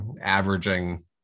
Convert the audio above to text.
averaging